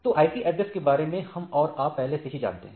तो IP address के बारे में हम और आप पहले से ही जानते हैं